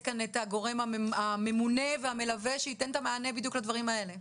את הגורם הממונה והמלווה שייתן את המענה לדברים האלה?